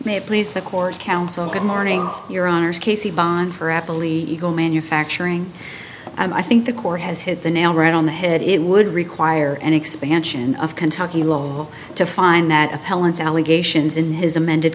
it please the court counsel good morning your honour's casey bond for apple legal manufacturing i think the court has hit the nail right on the head it would require an expansion of kentucky law to find that appellant allegations in his amended